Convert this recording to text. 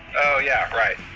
oh yeah, right